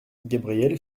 gabrielle